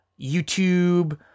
YouTube